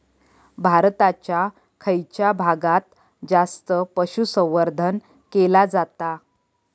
भारताच्या खयच्या भागात जास्त पशुसंवर्धन केला जाता?